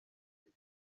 hit